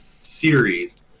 series